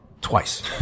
twice